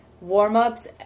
warm-ups